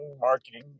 marketing